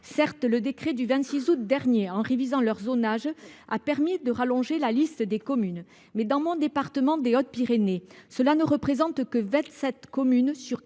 Certes, le décret du 26 août dernier, en révisant leur zonage, a permis de compléter la liste des communes. Mais, dans mon département des Hautes Pyrénées, cela ne représente que 27 communes sur 469.